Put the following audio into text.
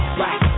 right